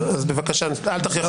אז בבקשה אל תכריח אותי לקרוא אותך לסדר.